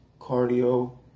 cardio